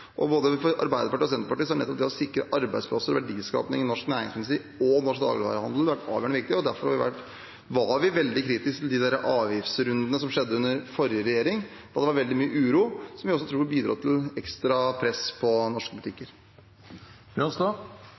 og både for Arbeiderpartiet og Senterpartiet har nettopp det å sikre arbeidsplasser og verdiskaping i norsk næringsmiddelindustri og norsk dagligvarehandel vært avgjørende viktig. Derfor var vi veldig kritiske til de avgiftsrundene som skjedde under forrige regjering. Det var veldig mye uro, som vi også tror bidro til ekstra press på norske